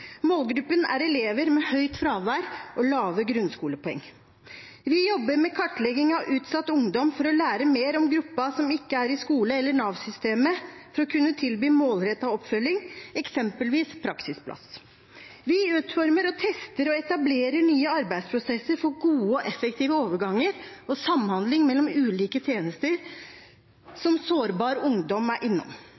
Målgruppen er elever med høyt fravær og lave grunnskolepoeng. Vi jobber med kartlegging av utsatt ungdom for å lære mer om gruppen som ikke er i skole eller Nav-systemet, for å kunne tilby målrettet oppfølging, eksempelvis praksisplass. Vi utformer, tester og etablerer nye arbeidsprosesser for gode og effektive overganger og samhandling mellom ulike tjenester